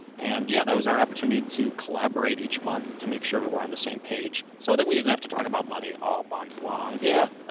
and yeah, that was our opportunity to collaborate each month to make sure that but we're on the same page so that we didn't have to talk about money all month long. yeah